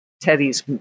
Teddy's